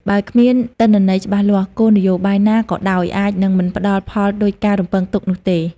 បើគ្មានទិន្នន័យច្បាស់លាស់ គោលនយោបាយណាក៏ដោយអាចនឹងមិនផ្តល់ផលដូចការរំពឹងទុកនោះទេ។